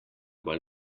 bolj